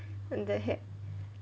and the heck